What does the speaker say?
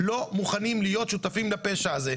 לא מוכנים להיות שותפים לפשע הזה'.